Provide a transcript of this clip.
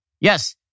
Yes